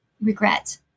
regret